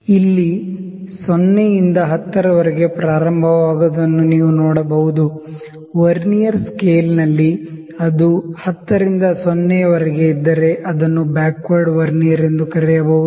ಇಲ್ಲಿ 0 ಇಂದ 10 ರವರೆಗೆ ಪ್ರಾರಂಭವಾಗುವುದನ್ನು ನೀವು ನೋಡಬಹುದು ವರ್ನಿಯರ್ ಸ್ಕೇಲ್ನಲ್ಲಿ ಅದು 10 ರಿಂದ 0 ರವರೆಗೆ ಇದ್ದಿದ್ದರೆ ಅದನ್ನು ಬ್ಯಾಕ್ವರ್ಡ್ ವರ್ನಿಯರ್ ಎಂದು ಕರೆಯಬಹುದು